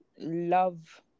love